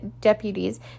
deputies